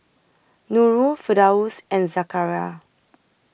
Nurul Firdaus and Zakaria